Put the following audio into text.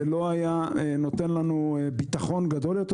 זה לא היה נותן לנו ביטחון גדול יותר?